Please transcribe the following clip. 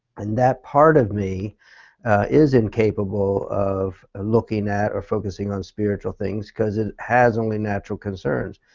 and that part of me is incapable of looking at or focusing on spiritual things because it has only natural concerns.